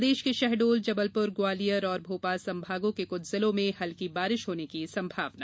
प्रदेश के शहडोल जबलपुर ग्वालियर और भोपाल संभागों के कुछ जिलों में हल्की बारिश होने की संभावना